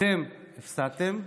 אתם הפסדתם,